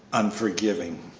unforgiving.